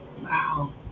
wow